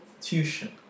tuition